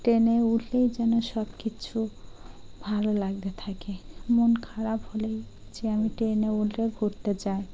ট্রেনে উঠলেই যেন সব কিছু ভালো লাগতে থাকে মন খারাপ হলেই যে আমি ট্রেনে উঠলে ঘুরতে যাই